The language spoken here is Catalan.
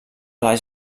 les